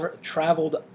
traveled